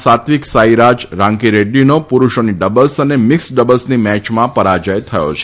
સાંત્વીક સાંઈરાજ રાંકીરેક્રીનો પુરૂષોની ડબલ્સ અને મિક્સ ડબલ્સની મેચમાં પરાજય થયો છે